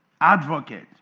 advocate